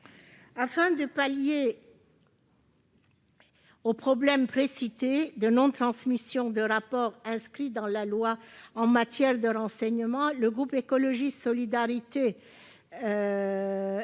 Afin de pallier le problème précité de non-transmission des rapports prévus dans la loi en matière de renseignement, le groupe Écologiste - Solidarité et